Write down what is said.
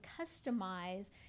customize